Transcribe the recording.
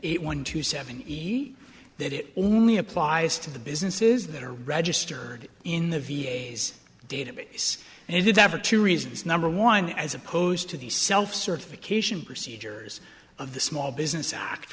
a one to seven easy that it only applies to the businesses that are registered in the v a s database and they did that for two reasons number one as opposed to the self certification procedures of the small business act